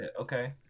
okay